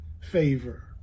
Favor